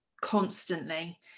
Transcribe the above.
constantly